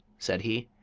said he.